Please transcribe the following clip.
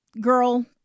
girl